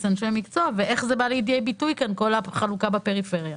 אנשי מקצוע ואיך זה בא לידי ביטוי כל החלוקה בפריפריה.